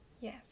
Yes